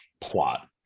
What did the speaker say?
plot